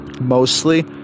Mostly